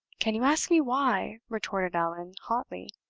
can you ask me why, retorted allan, hotly,